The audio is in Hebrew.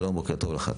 שלום בוקר טוב לך,